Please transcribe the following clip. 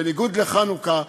בניגוד לחנוכה,